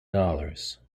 dollars